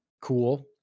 cool